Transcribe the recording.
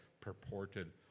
purported